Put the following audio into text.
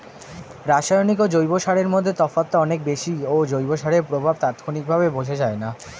রাসায়নিক ও জৈব সারের মধ্যে তফাৎটা অনেক বেশি ও জৈব সারের প্রভাব তাৎক্ষণিকভাবে বোঝা যায়না